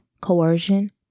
coercion